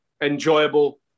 enjoyable